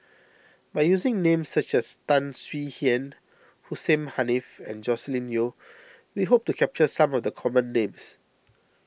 by using names such as Tan Swie Hian Hussein Haniff and Joscelin Yeo we hope to capture some of the common names